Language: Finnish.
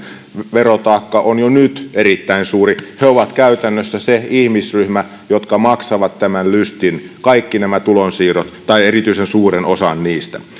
verotaakkansa on jo nyt erittäin suuri he ovat käytännössä se ihmisryhmä joka maksaa tämän lystin kaikki nämä tulonsiirrot tai erityisen suuren osan niistä